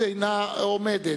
נוכחת, קבוצת בל"ד, אינה נוכחת,